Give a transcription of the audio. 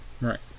Right